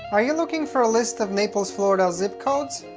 are you looking for a list of naples florida zip codes?